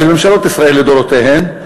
של ממשלות ישראל לדורותיהן,